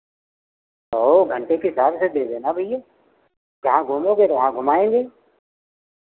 ओ घंटे के हिसाब से दे देना भैया जहाँ घुमोगे वहाँ घुमाएंगे